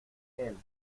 gel